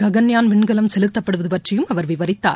ககன்யான் விண்கலம் செலுத்தப்படுவது பற்றியும் அவர் விவரித்தார்